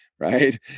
Right